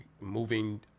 Moving